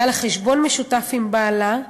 היה לה חשבון משותף עם בעלה,